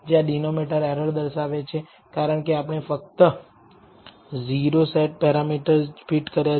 જ્યાં denominator error દર્શાવે છે કારણકે આપણે ફક્ત o સેટ પેરામીટર જ ફિટ કર્યા છે